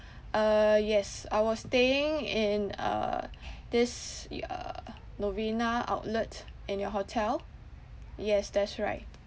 uh yes I was staying in uh this y~ uh novena outlet in your hotel yes that's right